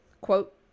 quote